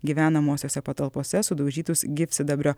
gyvenamosiose patalpose sudaužytus gyvsidabrio